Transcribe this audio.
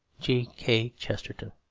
g. k. chesterton